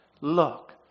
Look